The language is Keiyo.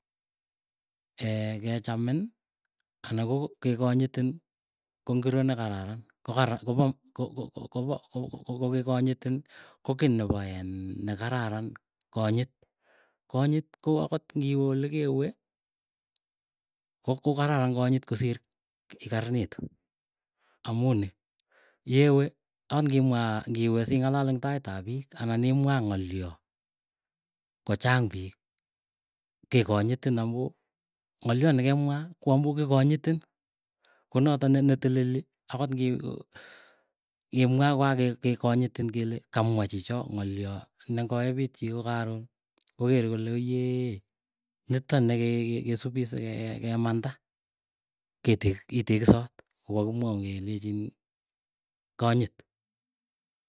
kechamin ana ko kekanyitin kongiro nekararan. Kokar kopo kokoko kokekanyitin koki nepoin nekararan konyit. Konyit ko akot ngiwe olekewe ko kokararan konyit kosir ikaranitu. Amuu ni yewe aat kimwa ngiwe sing'alal eng tait ap piik, anan imwaa ng'alio kochang piik, kekanyitin amuu ngaliot nekemwaa koamu kikonyitin. Konoto ne neteleli akot ngi i imwa kokake kekanyitin kele kamwa, chichoo ng'alio nengoepit chii kokaron, kokere kole oyee nito nikesupii seke kemanda. Ketek itekisot kokakimwaun kelechin kanyit.